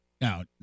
Now